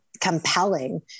compelling